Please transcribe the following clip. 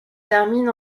terminent